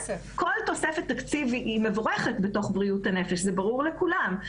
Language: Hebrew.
ברור לכולם שכל תוספת תקציב בתוך בריאות הנפש היא מבורכת.